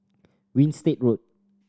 Winstedt Road